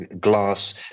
glass